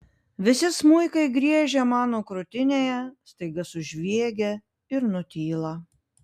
visi smuikai griežę mano krūtinėje staiga sužviegia ir nutyla